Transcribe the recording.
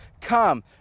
come